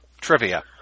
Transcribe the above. Trivia